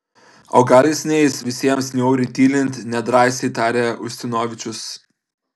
o gal jis neis visiems niauriai tylint nedrąsiai tarė ustinovičius